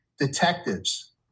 Detectives